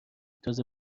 تازه